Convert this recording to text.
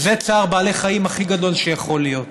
וזה צער בעלי חיים הכי גדול שיכול להיות.